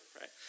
right